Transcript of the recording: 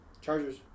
Chargers